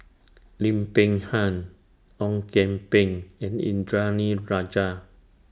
Lim Peng Han Ong Kian Peng and Indranee Rajah